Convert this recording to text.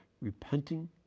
repenting